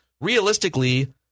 Realistically